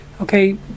Okay